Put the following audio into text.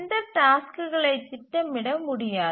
இந்த டாஸ்க்குகளை திட்டமிட முடியாது